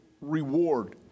reward